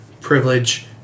privilege